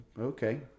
Okay